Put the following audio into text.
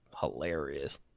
hilarious